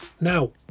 Now